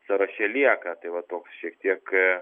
sąraše lieka tai va toks šiek tiek a